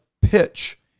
pitch